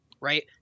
right